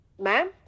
ma'am